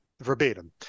Verbatim